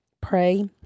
Pray